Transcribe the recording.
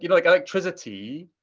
you know like electricity,